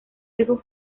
hijo